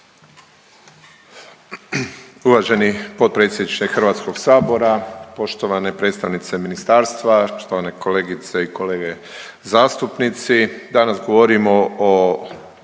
Uvaženi potpredsjedniče Hrvatskog sabora, poštovane predstavnice ministarstva, štovane kolegice i kolege zastupnici, danas govorimo o